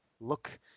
look